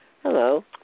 Hello